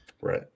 Right